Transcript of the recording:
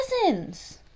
cousins